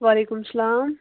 وعلیکُم سلام